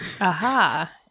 Aha